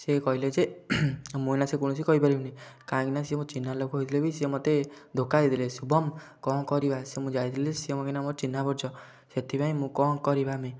ସେ କହିଲେ ଯେ ମୁଁ ଏଇନା ସେ କୌଣସି କହି ପାରିବିନି କାହିଁକିନା ସେ ମୋ ଚିହ୍ନା ଲୋକ ହୋଇଥିଲେ ବି ସିଏ ମୋତେ ଧୋକା ଦେଇଦେଲେ ଶୁଭମ୍ କ'ଣ କରିବା ସେ ମୁଁ ଯାଇଥିଲି ସିଏ ମୋ କିନା ଚିହ୍ନାପରିଚିତ ସେଥିପାଇଁ ମୁଁ କଁ କରିବା ଆମେ